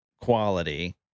quality